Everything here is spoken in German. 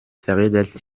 veredelt